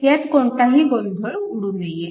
ह्यात कोणताही गोंधळ उडू नये